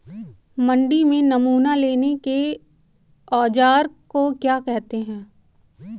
मंडी में नमूना लेने के औज़ार को क्या कहते हैं?